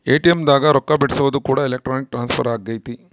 ATM ದಾಗ ರೊಕ್ಕ ಬಿಡ್ಸೊದು ಕೂಡ ಎಲೆಕ್ಟ್ರಾನಿಕ್ ಟ್ರಾನ್ಸ್ಫರ್ ಅಗೈತೆ